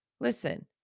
Listen